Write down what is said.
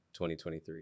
2023